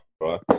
right